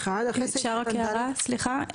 אם אפשר רק הערה, סליחה.